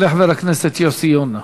יעלה חבר הכנסת יוסי יונה.